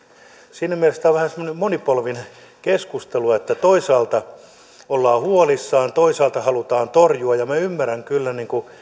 siinä mielessä tämä on vähän semmoinen monipolvinen keskustelu että toisaalta ollaan huolissaan toisaalta halutaan torjua minä ymmärrän kyllä